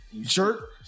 jerk